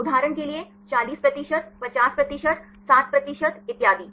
उदाहरण के लिए 40 प्रतिशत 50 प्रतिशत 60 प्रतिशत इत्यादि